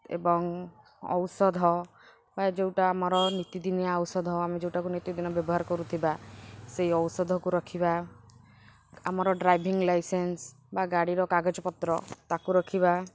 ଏବଂ ଔଷଧ ବା ଯେଉଁଟା ଆମର ନିତିଦିନିଆ ଔଷଧ ଆମେ ଯେଉଁଟାକୁ ନିତିଦିନ ବ୍ୟବହାର କରୁଥିବା ସେହି ଔଷଧକୁ ରଖିବା ଆମର ଡ୍ରାଇଭିଂ ଲାଇସେନ୍ସ୍ ବା ଗାଡ଼ିର କାଗଜପତ୍ର ତାକୁ ରଖିବା